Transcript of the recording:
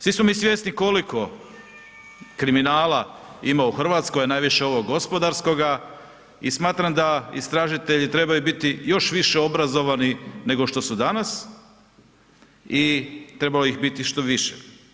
Svi smo mi svjesni koliko kriminala ima u Hrvatskoj a najviše ovog gospodarskoga i smatram da istražitelji trebaju biti još više obrazovani nego što su danas i treba ih biti što više.